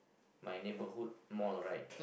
my neighbourhood more right